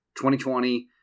2020